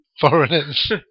foreigners